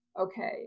Okay